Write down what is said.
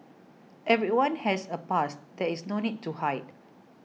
everyone has a past there is no need to hide